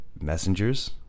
messengers